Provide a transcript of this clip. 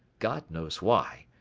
god knows why.